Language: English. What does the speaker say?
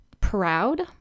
proud